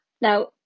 Now